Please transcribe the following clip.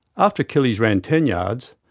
after achilles ran ten yards,